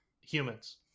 Humans